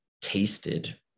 tasted